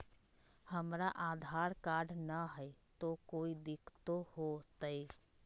हमरा आधार कार्ड न हय, तो कोइ दिकतो हो तय?